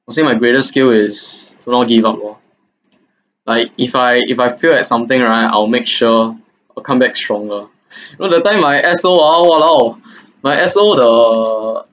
I will say my greatest skill is do not give up lor like if I if I failed at something right I will make sure I will come back stronger you know the time my S_O ah !walao! my S_O the